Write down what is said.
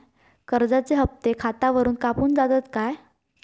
कर्जाचे हप्ते खातावरून कापून जातत काय?